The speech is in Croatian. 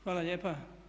Hvala lijepa.